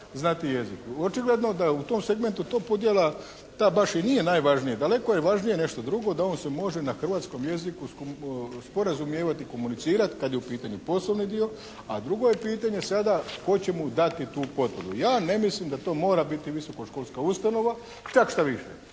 znati jezik. Očigledno da je u tom segmentu to podjela ta baš i nije najvažnija. Daleko je važnije nešto drugo, da on se možemo na hrvatskom jeziku sporazumijevati, komunicirati kad je u pitanju poslovni dio, a drugo je pitanje hoćemo dati tu potporu. Ja ne mislim da to mora biti visokoškolska ustanova. Čak štaviše,